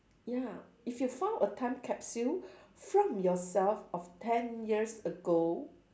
ya if you found a time capsule from yourself of ten years ago